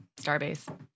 Starbase